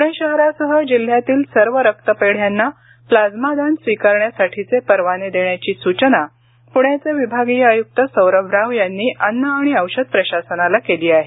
पुणे शहरासह जिल्ह्यातील सर्व रक्तपेढ्यांना प्लाझ्मा दान स्वीकारण्यासाठीचे परवाने देण्याची सूचना प्ण्याचे विभागीय आयुक्त सौरभ राव यांनी अन्न आणि औषध प्रशासनाला केली आहे